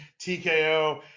tko